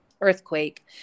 earthquake